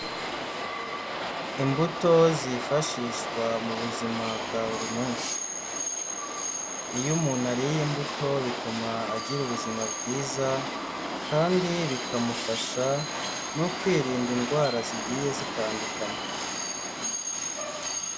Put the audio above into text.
Imbuto zifashishwa mu buzima bwa buri munsi, iyo umuntu ariye imbuto bituma agira ubuzima bwiza kandi bikamufasha no kwirinda indwara zigiye zitandukanye.